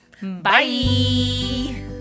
Bye